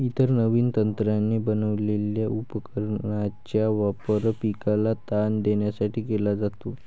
इतर नवीन तंत्राने बनवलेल्या उपकरणांचा वापर पिकाला ताण देण्यासाठी केला जातो